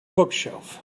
bookshelf